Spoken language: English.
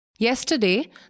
Yesterday